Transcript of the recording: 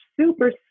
super